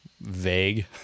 vague